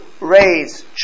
raise